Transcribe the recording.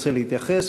ירצה להתייחס,